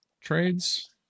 trades